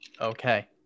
Okay